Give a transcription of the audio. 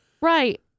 Right